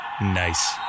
Nice